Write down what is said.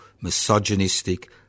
misogynistic